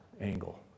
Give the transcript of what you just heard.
angle